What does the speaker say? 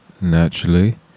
naturally